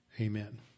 Amen